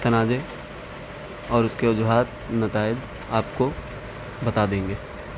تنازع اور اس کے وجوہات نتائج آپ کو بتا دیں گے